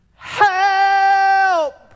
Help